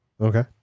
Okay